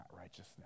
righteousness